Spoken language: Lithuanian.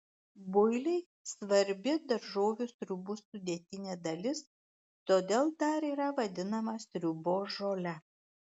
builiai svarbi daržovių sriubų sudėtinė dalis todėl dar yra vadinami sriubos žole